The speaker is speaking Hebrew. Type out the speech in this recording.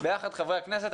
ביחד חברי הכנסת,